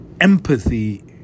empathy